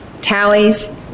tallies